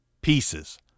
pieces